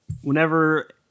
Whenever